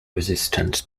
resistant